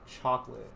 Chocolate